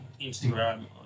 instagram